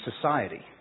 society